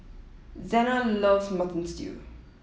Zena loves Mutton Stew